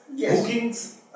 bookings